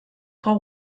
frau